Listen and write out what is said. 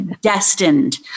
destined